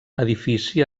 edifici